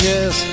Yes